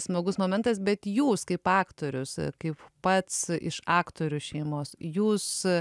smagus momentas bet jūs kaip aktorius kaip pats iš aktorių šeimos jūs